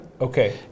Okay